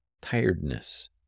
tiredness